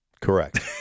Correct